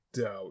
doubt